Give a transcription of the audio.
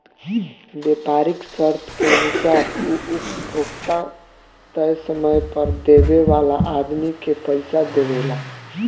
व्यापारीक शर्त के अनुसार उ उपभोक्ता तय समय पर देवे वाला आदमी के पइसा देवेला